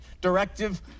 directive